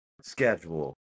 schedule